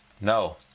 no